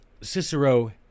Cicero